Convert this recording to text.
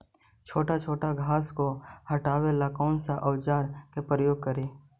छोटा छोटा घास को हटाबे ला कौन औजार के प्रयोग करि?